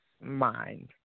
mind